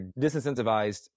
disincentivized